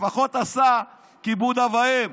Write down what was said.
לפחות עשה כיבוד אב ואם.